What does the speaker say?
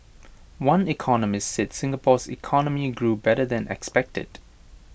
one economist said Singapore's economy grew better than expected